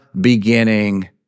beginning